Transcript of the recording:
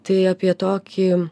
tai apie tokį